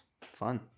fun